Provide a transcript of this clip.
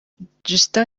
justin